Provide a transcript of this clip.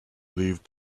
leave